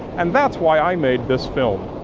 and that's why i made this film.